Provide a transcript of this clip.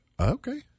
Okay